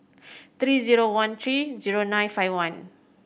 three zero one three zero nine five one